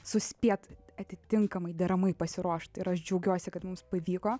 suspėt atitinkamai deramai pasiruošt ir aš džiaugiuosi kad mums pavyko